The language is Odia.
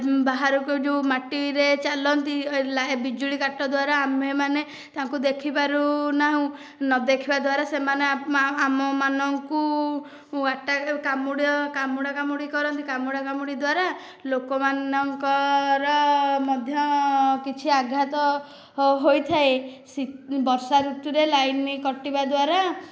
ବାହାରକୁ ଯେଉଁ ମାଟିରେ ଚାଲନ୍ତି ଏ ବିଜୁଳି କାଟ ଦ୍ଵାରା ଆମ୍ଭେମାନେ ତାଙ୍କୁ ଦେଖିପାରୁନାହୁଁ ନ ଦେଖିବା ଦ୍ଵାରା ସେମାନେ ଆମ ମାନଙ୍କୁ କାମୁଡ଼ା କାମୁଡ଼ା କାମୁଡ଼ି କରନ୍ତି କାମୁଡ଼ା କାମୁଡ଼ି ଦ୍ଵାରା ଲୋକମାନଙ୍କର ମଧ୍ୟ କିଛି ଆଘାତ ହୋଇଥାଏ ବର୍ଷା ଋତୁରେ ଲାଇନ୍ କଟିବା ଦ୍ଵାରା